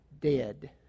Dead